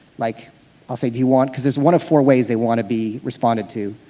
like i'll say, do you want, because there's one of four ways they want to be responded to.